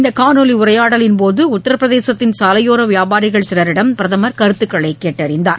இந்தகாணொலிஉரையாடலின்போது உத்தரப்பிரதேசத்தின் சாலையோரவியாபாரிகள் சிலரிடம் பிரதமர் கருத்துக்களைகேட்டறிந்தார்